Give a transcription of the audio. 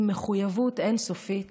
עם מחויבות אין-סופית